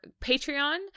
Patreon